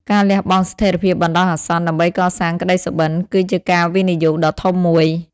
ការលះបង់ស្ថិរភាពបណ្តោះអាសន្ន ដើម្បីកសាងក្តីសុបិន គឺជាការវិនិយោគដ៏ធំមួយ។